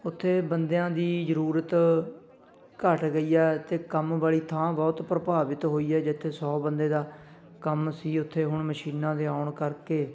ਉੱਥੇ ਬੰਦਿਆਂ ਦੀ ਜ਼ਰੂਰਤ ਘਟ ਗਈ ਹੈ ਅਤੇ ਕੰਮ ਵਾਲੀ ਥਾਂ ਬਹੁਤ ਪ੍ਰਭਾਵਿਤ ਹੋਈ ਹੈ ਜਿੱਥੇ ਸੌ ਬੰਦੇ ਦਾ ਕੰਮ ਸੀ ਉਥੇ ਹੁਣ ਮਸ਼ੀਨਾਂ ਦੇ ਆਉਣ ਕਰਕੇ